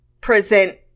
present